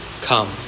come